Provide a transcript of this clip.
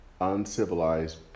uncivilized